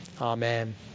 Amen